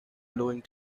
bowing